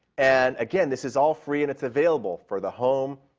and, again, this is all free, and it's available for the home,